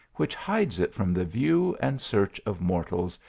which hides it from the view and search of mortals,